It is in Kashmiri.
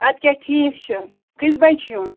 اَدٕ کیٛاہ ٹھیٖک چھُ کٔژِ بَجہِ چھُ یُن